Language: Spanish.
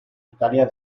italia